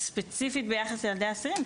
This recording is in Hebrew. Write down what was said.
ספציפית ביחס לילדי אסירים,